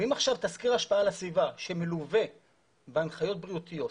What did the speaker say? ואם עכשיו תסקיר ההשפעה על הסביבה שמלווה בהנחיות בריאותיות